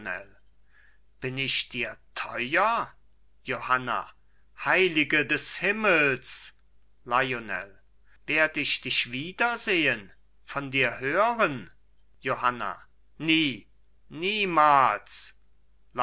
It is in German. bin ich dir teuer johanna heilige des himmels lionel werd ich dich wiedersehen von dir hören johanna nie niemals